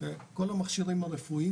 כל המכשירים הרפואיים,